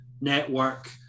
network